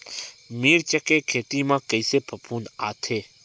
मिर्च के खेती म कइसे फफूंद आथे?